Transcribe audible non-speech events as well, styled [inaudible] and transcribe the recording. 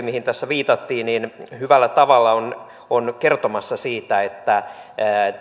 [unintelligible] mihin tässä viitattiin hyvällä tavalla on on kertomassa siitä että